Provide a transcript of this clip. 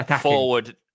forward